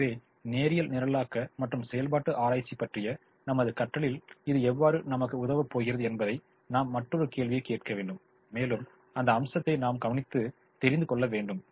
எனவே நேரியல் நிரலாக்க மற்றும் செயல்பாட்டு ஆராய்ச்சி பற்றிய நமது கற்றலில் இது எவ்வாறு நமக்கு உதவப் போகிறது என்பதை நாம் மற்றொரு கேள்வியைக் கேட்க வேண்டும் மேலும் அந்த அம்சத்தை நாம் கவனித்து தெரிந்து கொள்ள வேண்டும்